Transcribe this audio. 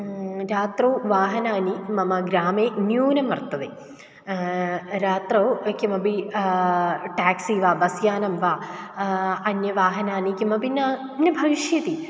रात्रौ वाहनानि मम ग्रामे न्यूनं वर्तते रात्रौ किमपि टेक्सी वा बस् यानं वा अन्यवाहनानि किमपि न न भविष्यति